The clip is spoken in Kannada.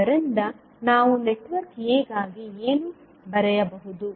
ಆದ್ದರಿಂದ ನಾವು ನೆಟ್ವರ್ಕ್ a ಗಾಗಿ ಏನು ಬರೆಯಬಹುದು